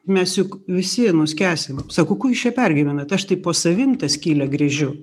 mes juk visi nuskęsim sako ko jūs čia pergyvenat aš tai po savim tą skylę gręžiu